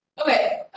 Okay